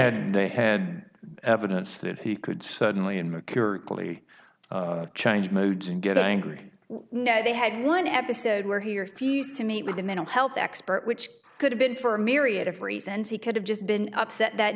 had they had evidence that he could suddenly in a curiously change moods and get angry no they had one episode where he refused to meet with a mental health expert which could have been for a myriad of reasons he could have just been upset that